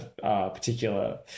particular